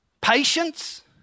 Patience